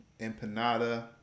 empanada